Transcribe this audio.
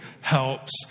helps